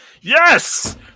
Yes